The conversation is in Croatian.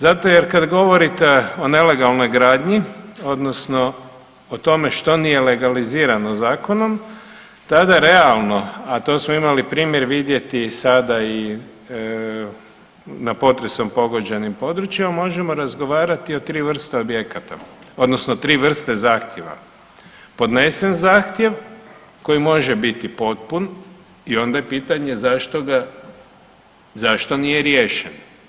Zato jer kad govorite o nelegalnoj gradnji odnosno o tome što nije legalizirano zakonom tada realno, a to smo imali primjer vidjeti sada i na potresom pogođenim područjima možemo razgovarati o 3 vrste objekata odnosno 3 vrste zahtjeva, podnesen zahtjev koji može biti potpun i onda je pitanje zašto ga, zašto nije riješen.